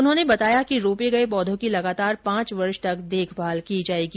उन्होंने बताया कि रोपे गये पौधों की लगातार पांच वर्ष तक देखभाल की जायेगी